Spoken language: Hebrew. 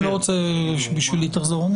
אני לא רוצה שבשבילי תחזור.